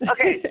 Okay